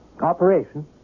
Operation